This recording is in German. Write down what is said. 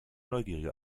neugierige